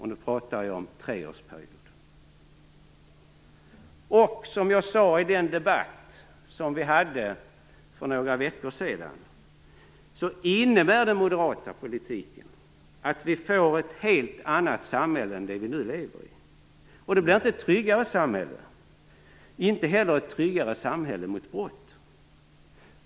Jag pratar nu om treårsperioden. Som jag sade i den debatt som vi hade för några veckor sedan, innebär den moderata politiken att vi får ett helt annat samhälle än det vi nu lever i. Det blir inte ett tryggare samhälle, inte heller ett tryggare samhälle mot brott.